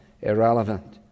irrelevant